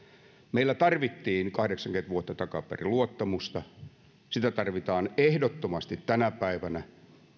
meillä tarvittiin kahdeksankymmentä vuotta takaperin luottamusta sitä tarvitaan ehdottomasti tänä päivänä